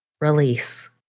release